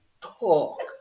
talk